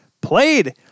played